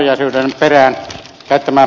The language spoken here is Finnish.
ilmeisesti ed